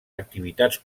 activitats